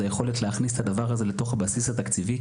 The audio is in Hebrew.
זה היכולת להכניס את הדבר הזה לתוך הבסיס התקציבי,